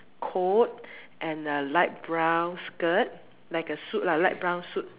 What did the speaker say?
coat and a light brown skirt like a suit lah light brown suit mm